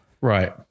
Right